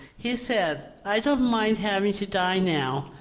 he said, i don't mind having to die now